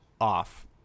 off